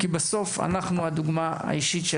כי בסוף אנחנו מהווים להם דוגמה אישית.